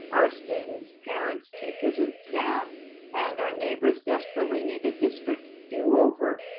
our students, parents, teachers, and staff and our neighbors desperately need a district do over,